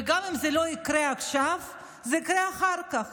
וגם אם זה לא יקרה עכשיו זה יקרה אחר כך